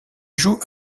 joue